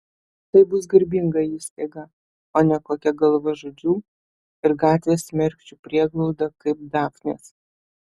tai bus garbinga įstaiga o ne kokia galvažudžių ir gatvės mergšių prieglauda kaip dafnės